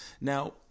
Now